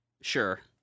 sure